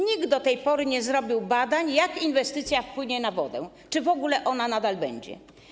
Nikt do tej pory nie zrobił badań, jak inwestycja wpłynie na wodę, czy w ogóle ona nadal będzie.